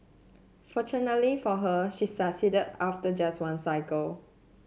fortunately for her she succeeded after just one cycle